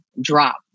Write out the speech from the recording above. drop